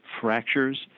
Fractures